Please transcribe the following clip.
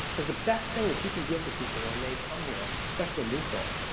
because the best thing that you can give to people when they come here, and especially new folks,